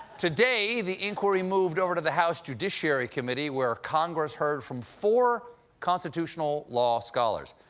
today, the inquiry moved over to the house judiciary committee, where congress heard from four constitutional law scholars.